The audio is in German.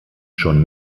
schon